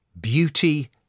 beauty